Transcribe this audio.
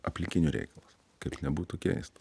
aplikinių reikalas kaip nebūtų keista